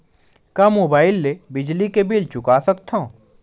का मुबाइल ले बिजली के बिल चुका सकथव?